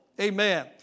Amen